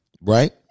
Right